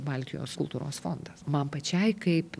baltijos kultūros fondas man pačiai kaip